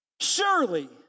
Surely